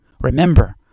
Remember